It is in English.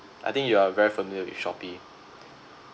I think you are very familiar with Shopee